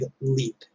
leap